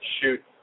shoot